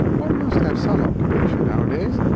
one must have some occupation nowadays.